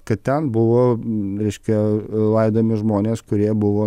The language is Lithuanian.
kad ten buvo reiškia laidojami žmonės kurie buvo